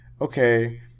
okay